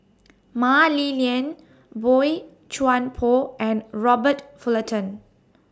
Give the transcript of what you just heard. Mah Li Lian Boey Chuan Poh and Robert Fullerton